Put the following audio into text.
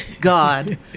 God